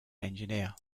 engineer